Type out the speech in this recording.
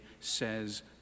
says